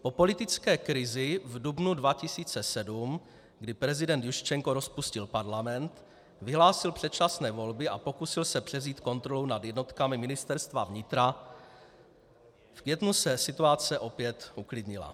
Po politické krizi v dubnu 2007, kdy prezident Juščenko rozpustil parlament, vyhlásil předčasné volby a pokusil se převzít kontrolu nad jednotkami Ministerstva vnitra, se v květnu situace opět uklidnila.